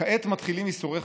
"כעת מתחילים ייסוריך,